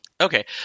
Okay